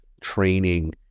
training